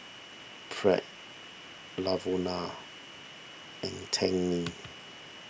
Pratt Lavona and Dagny